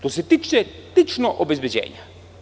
To se tiče lično obezbeđenja.